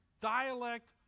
dialect